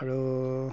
আৰু